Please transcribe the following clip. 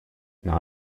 not